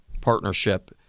partnership